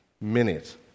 minute